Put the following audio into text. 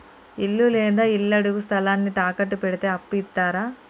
ఇల్లు లేదా ఇళ్లడుగు స్థలాన్ని తాకట్టు పెడితే అప్పు ఇత్తరా?